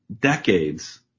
decades